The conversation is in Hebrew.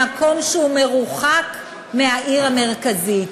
במקום שהוא מרוחק מהעיר המרכזית.